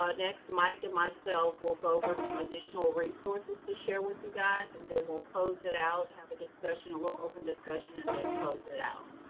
ah next mike and myself will go over some additional resources to share with you guys and then we'll close it out have a discussion, a little open discussion, and then close it out.